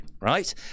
Right